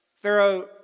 Pharaoh